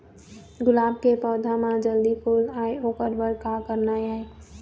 गुलाब के पौधा म जल्दी फूल आय ओकर बर का करना ये?